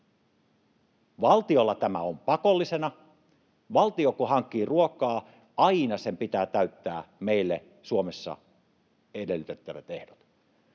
Valtiolla tämä on pakollisena. Valtio kun hankkii ruokaa, aina sen pitää täyttää meillä Suomessa edellytettävät ehdot.